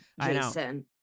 Jason